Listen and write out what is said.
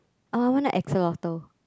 uh I want a axolotl